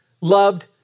loved